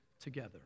together